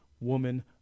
woman